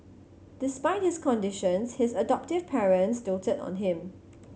despite his conditions his adoptive parents doted on him